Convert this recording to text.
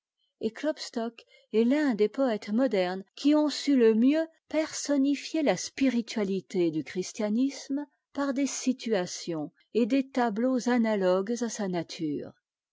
et klopstock est l'un des poëtes modernes qui ont su le mieux personnifier la spiritualité du christianisme par des situations et des tableaux anatogues à sa nature